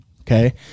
Okay